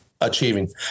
achieving